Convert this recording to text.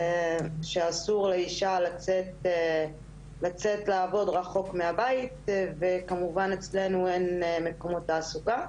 שאסור לאישה לצאת לעבוד רחוק מהבית וכמובן אצלנו אין מקומות תעסוקה,